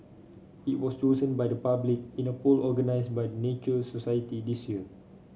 it was chosen by the public in a poll organised by the Nature Society this year